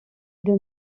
для